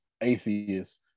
atheist